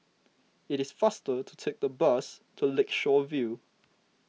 it is faster to take the bus to Lakeshore View